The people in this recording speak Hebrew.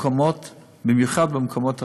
במיוחד במקומות הרגישים.